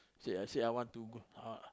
say I say I want to uh